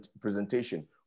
presentation